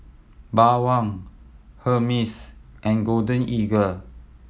Bawang Hermes and Golden Eagle